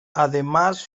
además